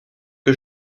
que